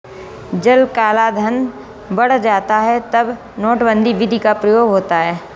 जब कालाधन बढ़ जाता है तब नोटबंदी विधि का प्रयोग होता है